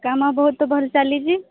କାମ ବହୁତ ଭଲ ଚାଲିଛି